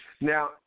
Now